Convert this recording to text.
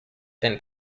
and